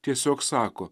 tiesiog sako